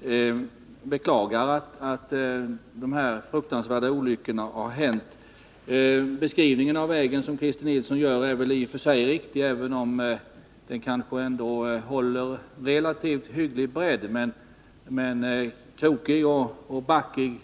jag beklagar att dessa fruktansvärda olyckor har hänt. Den beskrivning av vägen som Christer Nilsson gör år i och för sig riktig. Även om vägen håller relativt hygglig bredd är den krokig och backig.